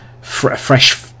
fresh